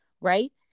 right